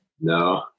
No